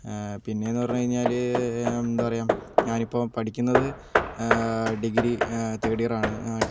പിന്നെയെന്ന് പറഞ്ഞുകഴിഞ്ഞാൽ എന്താ പറയാ ഞാനിപ്പം പഠിക്കുന്നത് ഡിഗ്രി തേർഡ് ഇയർ ആണ്